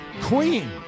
Queen